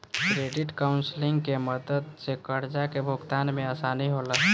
credit counselling के मदद से कर्जा के भुगतान में आसानी होला